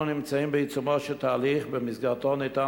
אנו נמצאים בעיצומו של תהליך שבמסגרתו ניתן